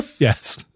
Yes